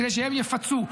כדי שהם יפצו.